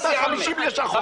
50 לשכות.